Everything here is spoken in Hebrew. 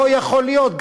לא יכול להיות,